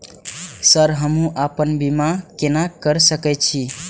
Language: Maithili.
सर हमू अपना बीमा केना कर सके छी?